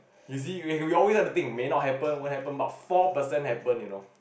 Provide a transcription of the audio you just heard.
you see if we always had the think may not happen when happen about four percent happen you know